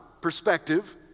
perspective